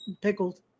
pickled